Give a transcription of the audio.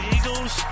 Eagles